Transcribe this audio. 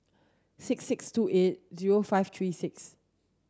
six six two eight zero five three six